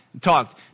talked